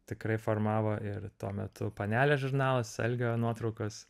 tikrai formavo ir tuo metu panelė žurnalas algio nuotraukos